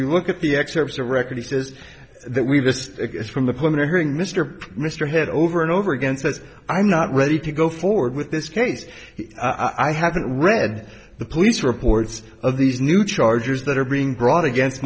you look at the excerpts of record he says that we've just from the corner hearing mr mr head over and over again says i'm not ready to go forward with this case i haven't read the police reports of these new charges that are being brought against